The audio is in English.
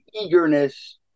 eagerness